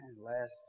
last